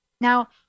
Now